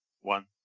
One